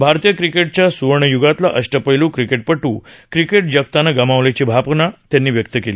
भारतीय क्रिकेटच्या स्वर्णय्गातला अष्टपैलू क्रिकेटपटू क्रिकेट जगतानं गमावल्याची भावना त्यांनी व्यक्त केली